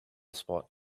spot